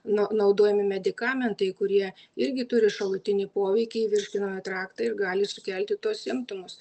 no naudojami medikamentai kurie irgi turi šalutinį poveikį virškinamąjį traktą ir gali sukelti tuos simptomus